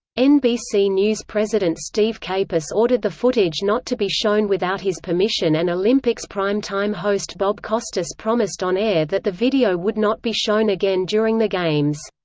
nbc news president steve capus ordered the footage not to be shown without his permission and olympics prime time host bob costas promised on-air that the video would not be shown again during the games.